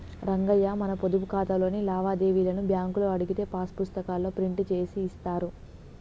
రంగయ్య మన పొదుపు ఖాతాలోని లావాదేవీలను బ్యాంకులో అడిగితే పాస్ పుస్తకాల్లో ప్రింట్ చేసి ఇస్తారు